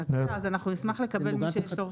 אנחנו נשמח לקבל ממי שיש לו.